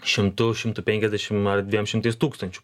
šimtu šimtu penkiasdešim ar dviem šimtais tūkstančių